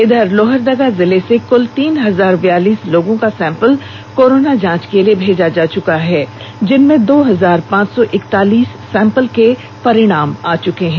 इधर लोहरदगा जिले से कुल तीन हजार बयालीस लोगों का सैंपल कोरोना जांच के लिए भेजा जा चुका है जिनमें दो हजार पांच सौ इकतालीस सैंपल का परिणाम आ चुका है